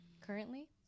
currently